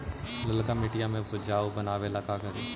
लालका मिट्टियां के उपजाऊ बनावे ला का करी?